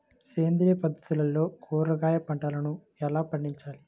సేంద్రియ పద్ధతుల్లో కూరగాయ పంటలను ఎలా పండించాలి?